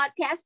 podcast